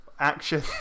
action